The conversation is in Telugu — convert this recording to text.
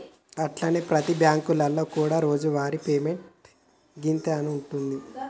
అట్లనే ప్రతి బ్యాంకులలో కూడా రోజువారి పేమెంట్ గింతే అని ఉంటుంది